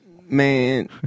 Man